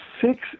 six